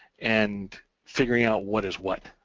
and figuring out what is what.